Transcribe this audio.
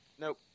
Nope